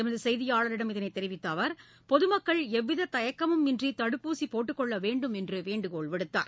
எமது செய்தியாளரிடம் இதனைத் தெரிவித்த அவர் பொதுமக்கள் எவ்வித தயக்கமும் இன்றி தடுப்பூசி போட்டுக் கொள்ள வேண்டும் என்று வேண்டுகோள் விடுத்தார்